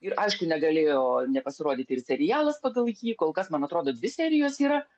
ir aišku negalėjo nepasirodyti ir serialas pagal jį kol kas man atrodo dvi serijos yra